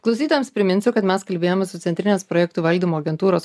klausytojams priminsiu kad mes kalbėjomės su centrinės projektų valdymo agentūros